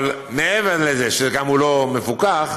אבל מעבר לזה שהוא לא מפוקח,